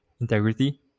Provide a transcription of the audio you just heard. integrity